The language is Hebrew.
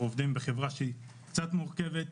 אנחנו עובדים בחברה שהיא קצת מורכבת,